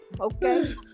okay